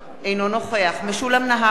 אינו נוכח משולם נהרי,